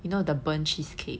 you know the burnt cheesecake